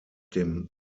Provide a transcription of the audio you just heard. dem